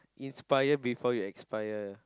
inspire before you expire